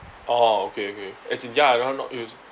orh okay okay as in ya I don't want not use